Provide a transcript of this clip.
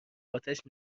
اتش